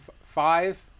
five